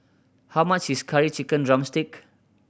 how much is Curry Chicken drumstick